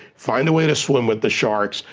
find a way to swim with the sharks,